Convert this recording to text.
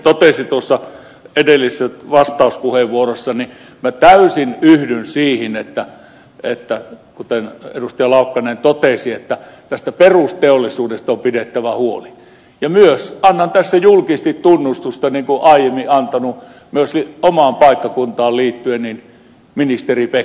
laukkanen sanoi edellisessä vastauspuheenvuorossa minä täysin yhdyn kun hän totesi että tästä perusteollisuudesta on pidettävä huoli ja myös annan tässä julkisesti tunnustusta niin kuin olen aiemminkin antanut omaan paikkakuntaan liittyen ministeri pekkariselle